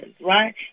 right